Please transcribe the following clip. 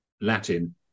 Latin